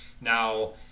Now